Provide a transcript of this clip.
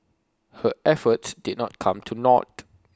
her efforts did not come to naught